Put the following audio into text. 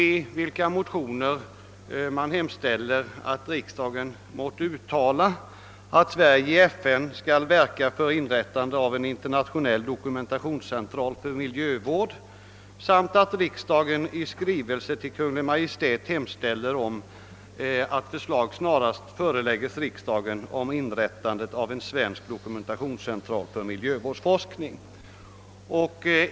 I dessa motioner har yrkats att riksdagen måtte uttala att Sverige i FN skall verka för inrättande av en internationell dokumentationscentral för miljövård samt att riksdagen i skrivelse till Kungl. Maj:t hemställer om att förslag snarast förelägges riksdagen om inrättande av en svensk dokumentationscentral för miljöforskning.